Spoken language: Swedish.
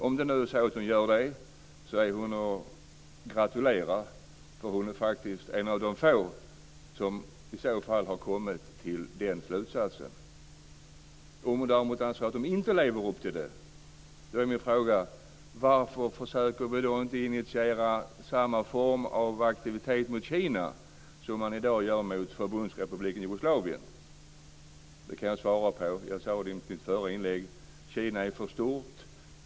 Om hon gör det är hon att gratulera, för hon är i så fall faktiskt en av få som kommit till den slutsatsen. Om hon däremot anser att de inte lever upp till det är min fråga: Varför försöker vi då inte initiera samma form av aktivitet mot Kina som man i dag gör mot Det kan jag svara på. Jag sade det i mitt förra inlägg, Kina är för stort.